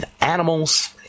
animals